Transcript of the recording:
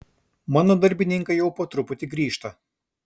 mano darbininkai jau po truputį grįžta